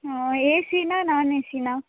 ಹಾಂ ಎ ಸಿನಾ ನಾನ್ ಎ ಸಿನಾ